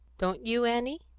don't you, annie?